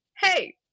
hey